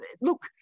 Look